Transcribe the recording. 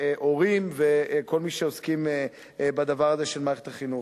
הורים וכל מי שעוסקים בדבר הזה של מערכת החינוך.